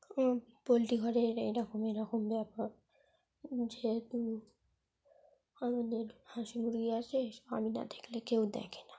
আমার পোলট্রি ঘরের এইরকম এইরকম ব্যাপার যেহেতু আমাদের হাঁসগুলি আছে আমি না দেখলে কেউ দেখে না